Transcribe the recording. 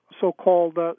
so-called